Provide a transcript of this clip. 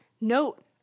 note